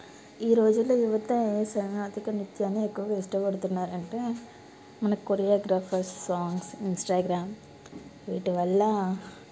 ఈ రోజుల్లో యువత సామాధిక నృత్యాన్ని ఎక్కువ ఇష్టపడుతున్నారంటే మన కొరియోగ్రాఫర్స్ సాంగ్స్ ఇన్స్టాగ్రామ్ వీటి వల్ల